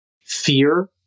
fear